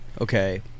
okay